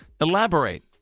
Elaborate